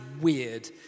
weird